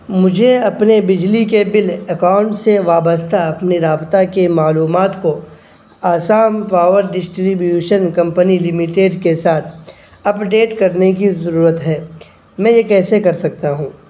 مجھے اپنے بجلی کے بل اکاؤنٹ سے وابستہ اپنی رابطہ کی معلومات کو Assam power distribution company limited کے ساتھ اپڈیٹ کرنے کی ضرورت ہے میں یہ کیسے کر سکتا ہوں